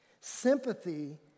Sympathy